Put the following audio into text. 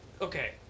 okay